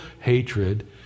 hatred